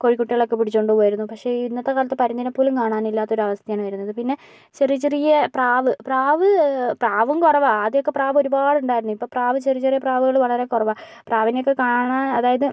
കോഴി കുട്ടികളെ ഒക്കെ പിടിച്ചോണ്ട് പോകുവായിരുന്നു പക്ഷെ ഇന്നത്തെ കാലത്ത് പരുന്തിനെ പോലും കാണാൻ ഇല്ലാത്ത ഒരു അവസ്ഥയാണ് വരുന്നത് പിന്നെ ചെറിയ ചെറിയ പ്രാവ് പ്രാവ് പ്രാവും കുറവാണ് ആദ്യമൊക്കെ പ്രാവ് ഒരുപാട് ഉണ്ടായിരുന്നു ഇപ്പോൾ പ്രാവ് ചെറിയ ചെറിയ പ്രാവുകള് വളരെ കുറവാണ് പ്രാവിനൊക്കെ കാണാൻ അതായത്